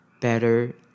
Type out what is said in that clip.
better